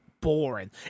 boring